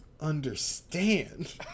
understand